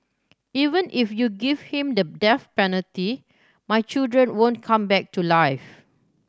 even if you give him the death penalty my children won't come back to life